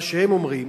מה שהם אומרים,